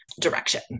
direction